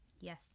Yes